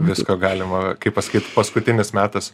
visko galima pasakyt paskutinis metas